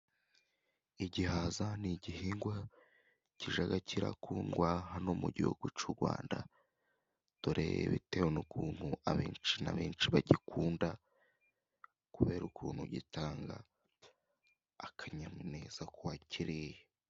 Igihaza ni igihingwa kijya gikundwa hano mu gihugu cyacu cy'u Rwanda, dore ko bitewe n'ukuntu abenshi na beshi bagikunda, kubera ukuntu gitanga akanyamuneza k'uwakiriye.